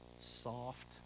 Soft